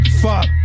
Fuck